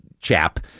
chap